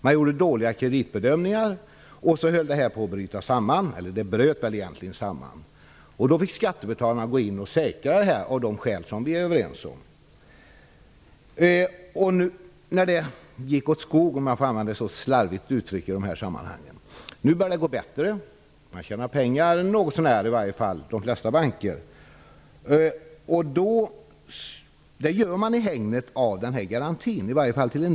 Man gjorde dåliga kreditbedömningar och systemet bröt samman. När det hela gick åt skogen fick skattebetalarna gå in och säkra det hela. Nu börjar det gå bättre för de flesta banker delvis på grund av garantin.